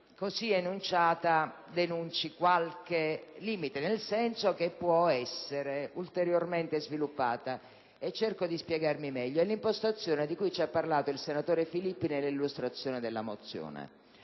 così enunciata, denunci qualche limite nel senso che può essere ulteriormente sviluppata. Cerco di spiegarmi meglio: è l'impostazione di cui ci ha parlato il senatore Filippi nell'illustrazione della nostra